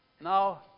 Now